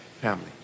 Family